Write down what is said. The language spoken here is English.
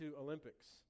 Olympics